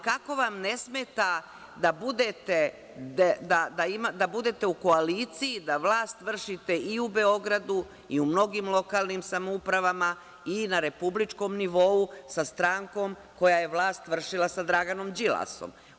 Kako vam ne smeta da budete u koaliciji, da vlast vršite i u Beogradu i u mnogim lokalnim samoupravama, i na republičkom nivou, sa strankom koja je vlast vršila sa Draganom Đilasom?